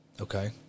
Okay